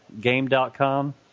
Game.com